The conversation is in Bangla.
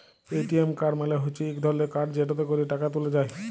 এ.টি.এম কাড় মালে হচ্যে ইক ধরলের কাড় যেটতে ক্যরে টাকা ত্যুলা যায়